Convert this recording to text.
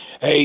Hey